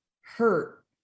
hurt